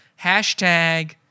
Hashtag